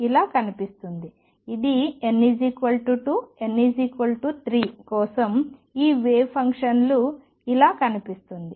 ఇది n 2 n 3 కోసం ఈ వేవ్ ఫంక్షన్ ఇలా కనిపిస్తుంది